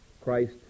Christ